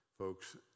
Folks